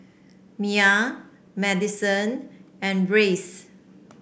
Mai Madison and Reece